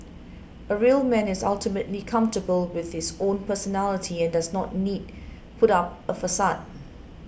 a real man is ultimately comfortable with his own personality and doesn't need put out a facade